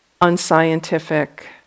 unscientific